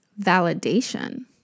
validation